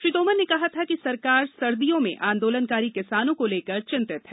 श्री तोमर ने कहा था कि सरकार सर्दियों में आंदोलनकारी किसानों को लेकर चिंतित है